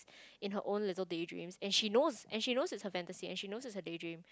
in her own little daydreams and she know and she knows it's her fantasy and she knows it's her daydream